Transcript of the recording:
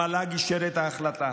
המל"ג אישר את ההחלטה,